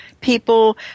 People